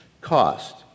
cost